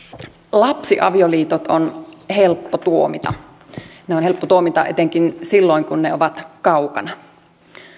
lapsiavioliitot on helppo tuomita ne on helppo tuomita etenkin silloin kun ne ovat kaukana